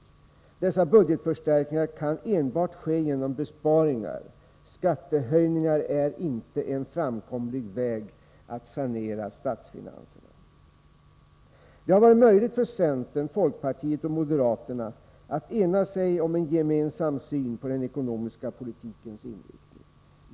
Dessa budgetförstärkningar kan genomföras enbart genom besparingar — skattehöjningar är inte en framkomlig väg att sanera statsfinanserna på. Det har varit möjligt för centern, folkpartiet och moderaterna att ena sig om en gemensam syn på den ekonomiska politikens inriktning.